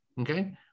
okay